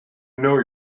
know